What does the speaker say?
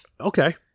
Okay